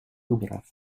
выборов